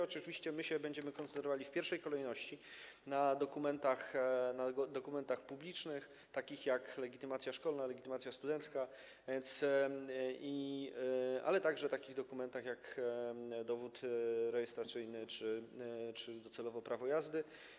Oczywiście my się będziemy koncentrowali w pierwszej kolejności na dokumentach publicznych takich jak legitymacja szkolna, legitymacja studencka, ale także na takich dokumentach jak dowód rejestracyjny czy docelowo prawo jazdy.